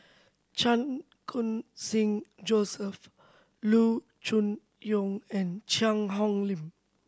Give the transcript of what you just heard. Chan Khun Sing Joseph Loo Choon Yong and Cheang Hong Lim